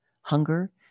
hunger